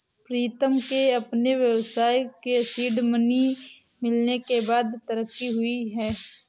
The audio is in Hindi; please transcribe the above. प्रीतम के अपने व्यवसाय के सीड मनी मिलने के बाद तरक्की हुई हैं